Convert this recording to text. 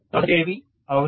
professor 1000 kV అవును